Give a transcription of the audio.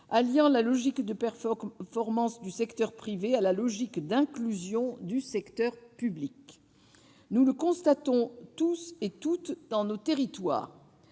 alliant la logique de performance du secteur privé à la logique d'inclusion du secteur public. Nous le constatons tous et toutes dans nos territoires